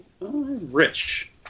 Rich